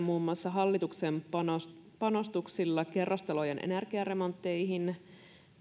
muun muassa hallituksen panostuksilla kerrostalojen energiaremontteihin